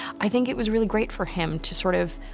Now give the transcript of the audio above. i think it was really great for him to sort of,